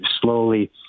slowly